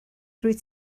rwyt